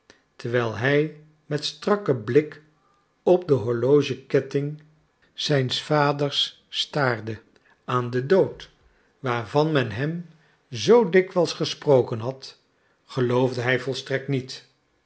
terwijl hij met strakken blik op den horlogeketting zijns vaders staarde aan den dood waarvan men hem zoo dikwijls gesproken had geloofde hij volstrekt niet